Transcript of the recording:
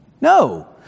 no